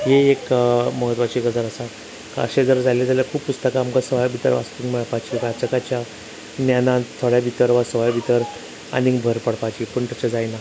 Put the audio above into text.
ही एक म्हत्वाची गजाल आसा अशें जर जालें जाल्यार खूब पुस्तकां आमकां सवाय भितर वाचूंक मेळपाच्या वाचकाच्या ज्ञान्यांत थोडें भितर सवाय भितर आनींग भर पडपाची पूण तशें जायना